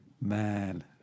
Man